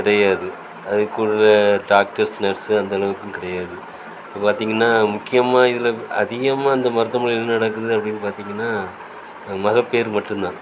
கிடையாது அதுக்குள்ளே doctors nurse அந்த அளவுக்கும் கிடையாது இப்போ பார்த்திங்கன்னா முக்கியமாக இதில் அதிகமாக அந்த மருத்துவமனையில என்ன நடக்குது அப்படின்னு பார்த்திங்கன்னா மகப்பேறு மட்டும் தான்